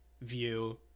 view